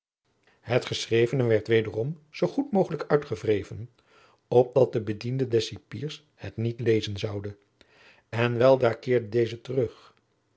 het geschrevene werd wederom zoo goed mogelijk uitgewreven opdat de bediende des cipiers het jacob van lennep de pleegzoon niet lezen zoude en weldra keerde deze terug